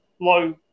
low